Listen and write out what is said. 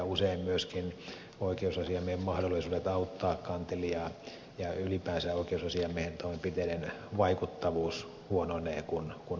usein myöskin oikeusasiamiehen mahdollisuudet auttaa kantelijaa huononevat ja ylipäänsä oikeusasiamiehen toimenpiteiden vaikuttavuus huononee kun aika kuluu